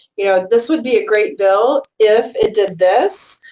you know, this would be a great bill if it did this,